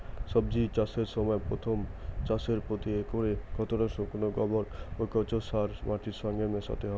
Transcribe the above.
সবজি চাষের সময় প্রথম চাষে প্রতি একরে কতটা শুকনো গোবর বা কেঁচো সার মাটির সঙ্গে মেশাতে হবে?